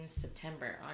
September